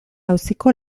auziko